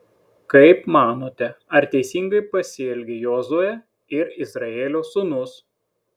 kaip manote ar teisingai pasielgė jozuė ir izraelio sūnus